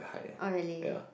oh really